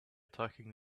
attacking